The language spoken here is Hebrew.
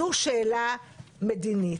זו שאלה מדינית.